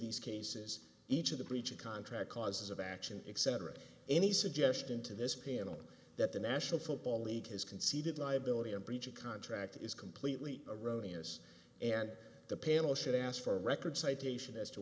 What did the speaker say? these cases each of the breach of contract cause of action etc any suggestion to this panel that the national football league has conceded liability in breach of contract is completely erroneous and the panel should ask for a record citation as to